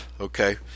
okay